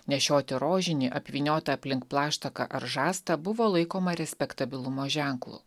nešioti rožinį apvyniotą aplink plaštaką ar žastą buvo laikoma respektabilumo ženklu